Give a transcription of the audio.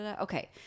Okay